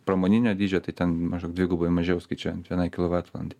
pramoninio dydžio tai ten maždaug dvigubai mažiau skaičiuojant vienai kilovatvalandei